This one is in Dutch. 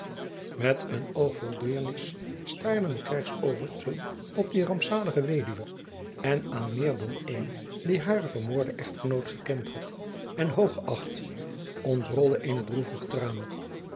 met een oog vol deernis staarden de krijgsoversten op die rampzalige weduwe en aan meer dan een die haren vermoorden echtgenoot gekend had en hooggeächt ontrolde eene droevige traan